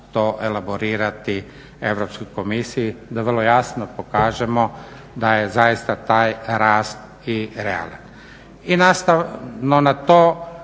Hvala vam.